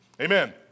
Amen